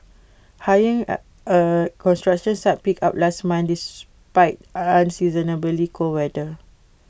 hiring at construction sites picked up last month despite unseasonably cold weather